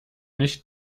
nicht